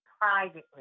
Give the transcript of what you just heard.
privately